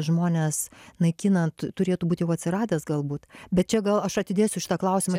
žmones naikinant turėtų būt jau atsiradęs galbūt bet čia gal aš atidėsiu šitą klausimą